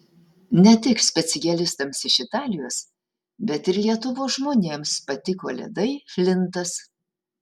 ne tik specialistams iš italijos bet ir lietuvos žmonėms patiko ledai flintas